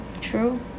True